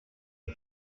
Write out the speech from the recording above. her